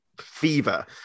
fever